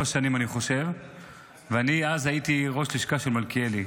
שנים ואני אז הייתי ראש לשכה של מלכיאלי,